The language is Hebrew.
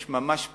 יש ממש פירוט,